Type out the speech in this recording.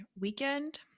weekend